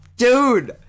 Dude